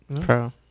pro